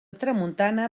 tramuntana